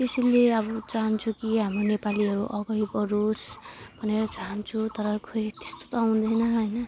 त्यसैले अब चाहन्छु कि हाम्रो नेपालीहरू अगाडि बढोस् भनेर चाहन्छु तर खै त्यस्तो त हुँदैन हैन